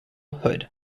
hood